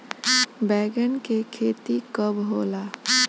बैंगन के खेती कब होला?